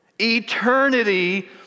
Eternity